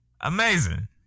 Amazing